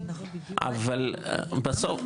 אבל בסוף.